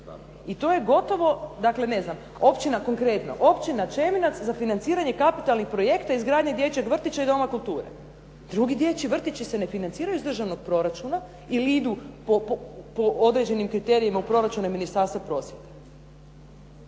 i to je gotovo, dakle ne znam, konkretno, Općina Čeminac za financiranje kapitalnih projekta izgradnje dječjeg vrtića i doma kulture. Drugi dječji vrtići se ne financiraju iz državnog proračuna. Ili idu po određenim kriterijima u proračune Ministarstva prosvjete.